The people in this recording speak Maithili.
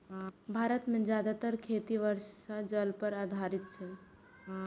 भारत मे जादेतर खेती वर्षा जल पर आधारित छै